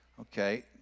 Okay